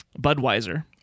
Budweiser